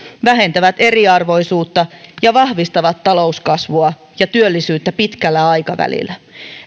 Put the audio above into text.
vähentävät eriarvoisuutta ja vahvistavat talouskasvua ja työllisyyttä pitkällä aikavälillä